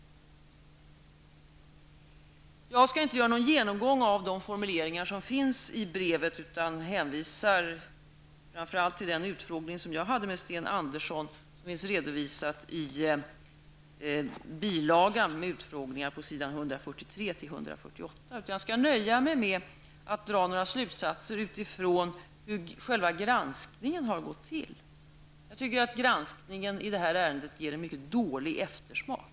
Jag skall inte göra någon genomgång av formuleringarna i brevet utan hänvisar framför allt till den utfrågning jag hade med Sten Andersson, som finns redovisad i bilagan med utfrågningar på s. 143--148. Jag skall nöja mig med att dra några slutsatser utifrån hur själva granskningen har gått till. Jag tycker att granskningen i det här ärendet ger en mycket dålig eftersmak.